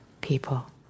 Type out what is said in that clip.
people